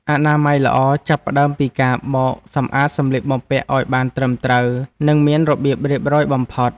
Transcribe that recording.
អនាម័យល្អចាប់ផ្តើមពីការបោកសម្អាតសម្លៀកបំពាក់ឱ្យបានត្រឹមត្រូវ និងមានរបៀបរៀបរយបំផុត។